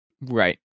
Right